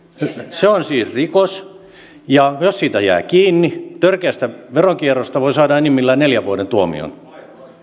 se on siis rikos ja jos siitä jää kiinni törkeästä veronkierrosta voi saada enimmillään neljän vuoden tuomion